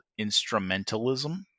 instrumentalism